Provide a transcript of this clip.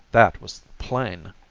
that was plain!